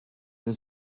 für